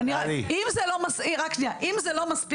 אם זה לא מספיק,